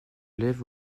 lève